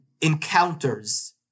Encounters